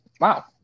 Wow